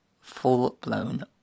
full-blown